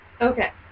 Okay